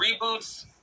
reboots